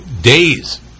days